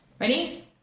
Ready